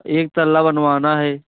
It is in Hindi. एक तल्ला बनवाना है